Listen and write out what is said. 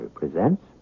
presents